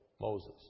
Moses